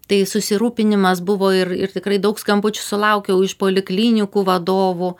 tai susirūpinimas buvo ir ir tikrai daug skambučių sulaukiau iš poliklinikų vadovų